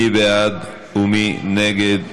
מי בעד ומי נגד?